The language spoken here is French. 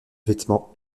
vêtements